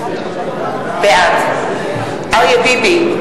בעד אריה ביבי,